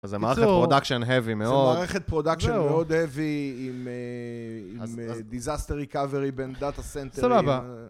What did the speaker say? זה מערכת פרודקשן heavy מאוד. זה מערכת פרודקשן מאוד heavy, עם disaster recovery בין data center, סבבה